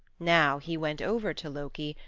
now he went over to loki,